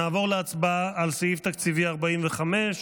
נעבור להצבעה על סעיף תקציבי 45,